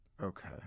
Okay